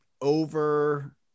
over